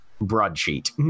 broadsheet